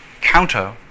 counter